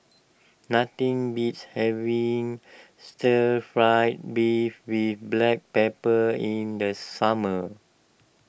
nothing beats having Stir Fried Beef with Black Pepper in the summer